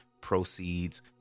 proceeds